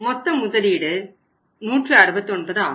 மொத்த முதலீடு 169 ஆகும்